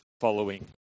following